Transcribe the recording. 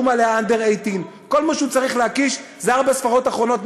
עליה "under 18". כל מה שהוא צריך להקיש זה ארבע ספרות אחרונות,